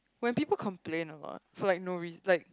when people complain a lot for like no reason like